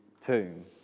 tomb